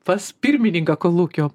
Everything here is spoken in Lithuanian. pas pirmininką kolūkio